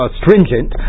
stringent